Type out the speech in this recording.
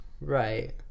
right